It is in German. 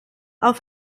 auf